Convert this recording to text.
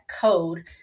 code